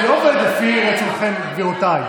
זה לא עובד לפי רצונכם, גבירותיי.